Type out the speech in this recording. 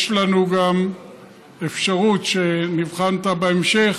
יש לנו גם אפשרות שנבחן בהמשך